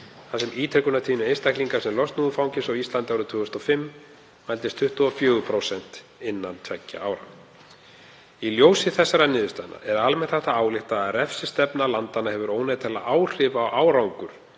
þar sem ítrekunartíðni einstaklinga sem losnuðu úr fangelsi á Íslandi árið 2005 mældist 24% innan tveggja ára. Í ljósi þessara niðurstaðna er almennt hægt að álykta að refsistefna landanna hafi óneitanlega áhrif á árangur